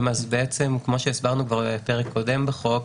כפי שהסברנו כבר בפרק קודם לחוק,